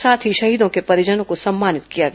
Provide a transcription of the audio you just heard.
साथ ही शहीदों के परिजनों को सम्मानित किया गया